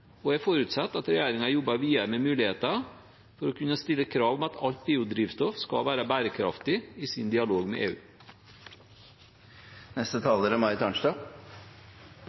og jeg forutsetter at regjeringen i sin dialog med EU jobber videre med muligheter for å kunne stille krav om at alt biodrivstoff skal være bærekraftig.